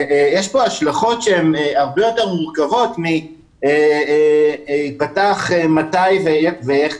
יש פה השלכות שהן הרבה יותר מורכבות מאם ייפתח מתי ואיך.